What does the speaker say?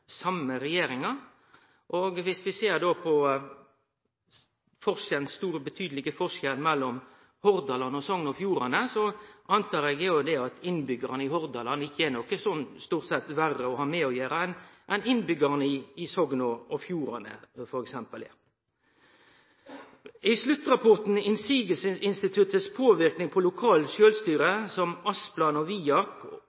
regjeringa, og viss ein då ser på dei betydelege forskjellane mellom Hordaland og Sogn og Fjordane, antar eg at innbyggjarane i Hordaland stort sett ikkje er noko verre å ha med å gjere enn innbyggjarane i Sogn og Fjordane f.eks. I sluttrapporten «Innsigelsesinstituttets påvirkning på